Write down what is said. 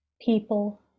People